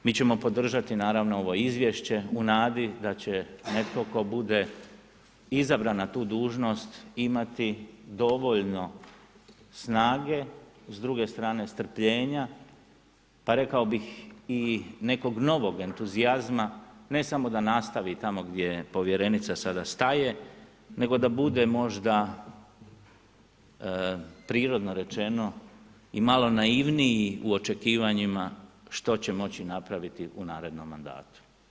Mi ćemo podržati naravno ovo izvješće u nadi da će netko tko bude izabran na tu dužnost imati dovoljno snage, s druge strane strpljenja pa rekao bih i nekog novog entuzijazma ne samo da nastavi tamo gdje povjerenica sada staje nego da bude možda prirodno rečeno i malo naivniji u očekivanjima što će moći napraviti u narednom mandatu.